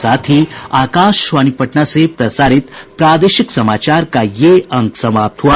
इसके साथ ही आकाशवाणी पटना से प्रसारित प्रादेशिक समाचार का ये अंक समाप्त हुआ